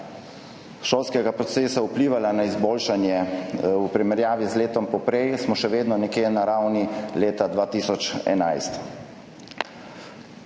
šolskega procesa vplivala na izboljšanje v primerjavi z letom poprej, smo še vedno nekje na ravni leta 2011.